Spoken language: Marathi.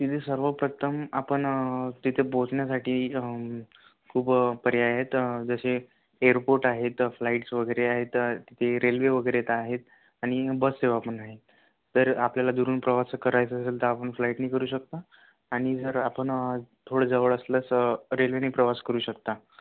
तिथे सर्वप्रथम आपण तिथे पोचण्यासाठी खूप पर्याय आहेत जसे एअरपोर्ट आहेत फ्लाइट्स वगैरे आहेत ती रेल्वे वगैरे तर आहेत आणि बस सेवा पण आहे तर आपल्याला दुरून प्रवास करायचा असेल तर आपण फ्लाइटनी करू शकता आणि जर आपण थोडं जवळ असलास रेल्वेनी प्रवास करू शकता